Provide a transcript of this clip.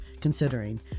considering